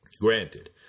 Granted